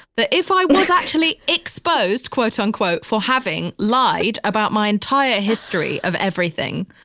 that if i was actually exposed, quote unquote, for having lied about my entire history of everything,